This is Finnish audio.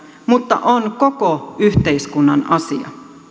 mutta on koko yhteiskunnan asia